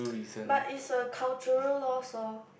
but is a cultural lost loh